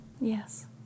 Yes